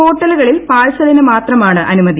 ഹോട്ടലുകളിൽ പാഴ്സലിനു മാത്രമാണ് അനുമതി